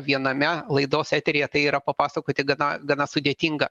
viename laidos eteryje tai yra papasakoti gana gana sudėtinga